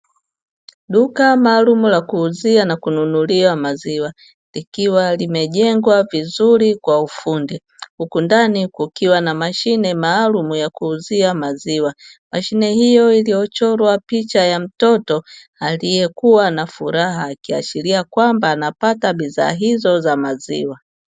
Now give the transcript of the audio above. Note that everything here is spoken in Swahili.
Duka maalumu la kuuzia na kununulia maziwa, likiwa limejengwa vizuri kwa ufundi huku ndani kukiwa na mashine maalumu ya kuuzia maziwa. Mashine hiyo iliyochorwa picha ya mtoto aliyekua na furaha, akiashiria kwamba anapata bidhaa hizo ya maziwa.